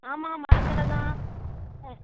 ஆமாம் மரக்கடை தான் ஆ